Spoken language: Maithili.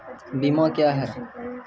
बीमा क्या हैं?